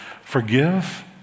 forgive